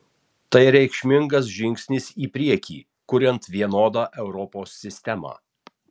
tai reikšmingas žingsnis į priekį kuriant vienodą europos sistemą